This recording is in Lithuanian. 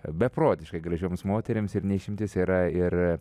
beprotiškai gražioms moterims ir ne išimtis yra ir